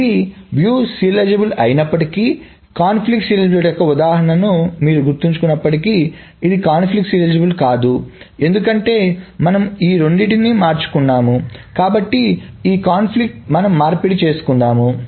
ఇది వీక్షణ సీరియలైజబుల్ అయినప్పటికీ కాన్ఫ్లిక్ట్ సీరియలైజబిలిటీ యొక్క ఉదాహరణను మీరు గుర్తుంచుకున్నప్పటికీ ఇది కాన్ఫ్లిక్ట్ సీరియలైజబుల్ కాదు ఎందుకంటే మనము ఈ రెండింటిని మార్చుకున్నాము కాబట్టి ఈ సంఘర్షణ మనం మార్పిడి చేసుకుందాము